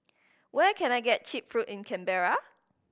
where can I get cheap food in Canberra